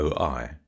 oi